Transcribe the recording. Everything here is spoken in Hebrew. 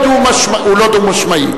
ראש הממשלה היוצא, הוא לא דו-משמעי.